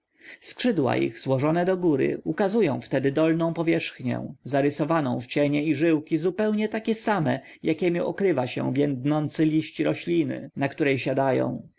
skrzydła ich złożone do góry ukazują wtedy dolną powierzchnię zarysowaną w cienie i żyłki zupełnie takie same jakiemi okrywa się więdnący liść rośliny na której siadają